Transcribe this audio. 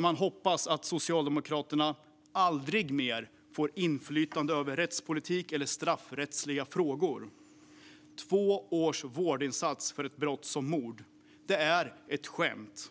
Låt oss hoppas att Socialdemokraterna aldrig mer får inflytande över rättspolitik eller straffrättsliga frågor. Två års vårdinsats för ett brott som mord är ett skämt.